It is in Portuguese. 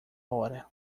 hora